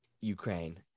Ukraine